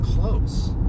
close